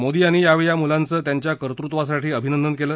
मोदी यांनी यावेळी या मुलांचं त्यांच्या कर्तृत्वासाठी अभिनंदन केलं